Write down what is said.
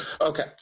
okay